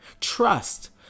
Trust